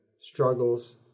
struggles